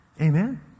Amen